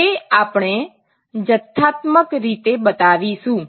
તે આપણે જથ્થાત્મક રીતે બતાવીશું